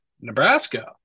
Nebraska